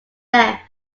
left